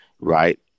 right